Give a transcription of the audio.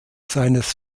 seines